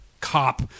cop